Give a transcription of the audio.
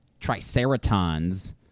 Triceratons